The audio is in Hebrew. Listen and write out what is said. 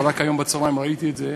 אבל רק היום בצהריים ראיתי את זה.